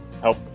help